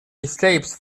escapes